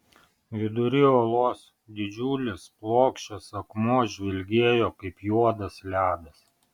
vidury olos didžiulis plokščias akmuo žvilgėjo kaip juodas ledas